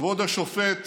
כבוד השופט